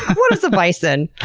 what is a bison?